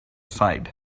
side